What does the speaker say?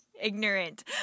ignorant